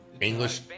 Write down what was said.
English